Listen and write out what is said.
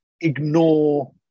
ignore